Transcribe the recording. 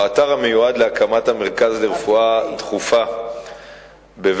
באתר המיועד להקמת המרכז לרפואה דחופה בבית-החולים